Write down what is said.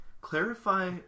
Clarify